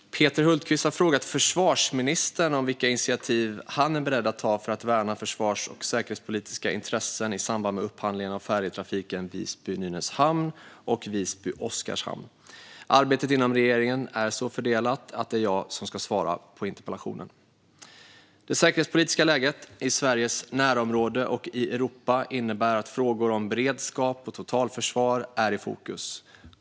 Fru talman! Peter Hultqvist har frågat försvarsministern vilka initiativ han är beredd att ta för att värna försvars och säkerhetspolitiska intressen i samband med upphandlingen av färjetrafiken Visby-Nynäshamn och Visby-Oskarshamn. Arbetet inom regeringen är så fördelat att det är jag som ska svara på interpellationen. Det säkerhetspolitiska läget i Sveriges närområde och i Europa innebär att frågor om beredskap och totalförsvar är i fokus.